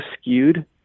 skewed